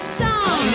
song